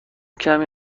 کمی